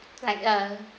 like uh